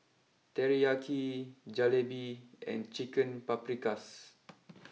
Teriyaki Jalebi and Chicken Paprikas